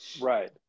Right